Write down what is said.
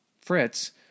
Fritz